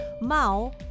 Mao